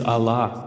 Allah